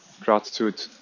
gratitude